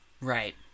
Right